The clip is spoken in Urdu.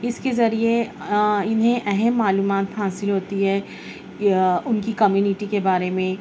اس کے ذریعے انہیں اہم معلومات حاصل ہوتی ہیں ان کی کمیونٹی کے بارے میں